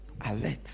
Alert